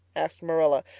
asked marilla,